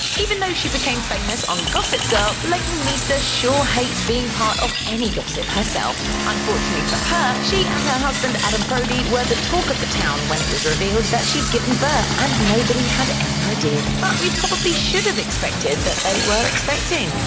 even though she became famous on gossip girl, leighton meester sure hates being a part of any gossip herself. unfortunately for her, she and her husband adam brody were the talk of the town when it was revealed that she'd given birth and nobody had any idea. but we probably should've expected that they were expecting.